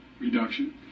reduction